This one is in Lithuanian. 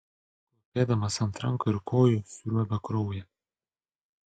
klūpėdamas ant rankų ir kojų sriuobė kraują